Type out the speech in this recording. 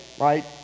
right